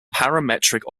parametric